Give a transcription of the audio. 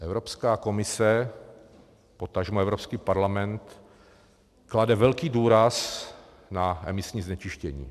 Evropská komise, potažmo Evropský parlament klade velký důraz na emisní znečištění.